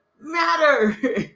matter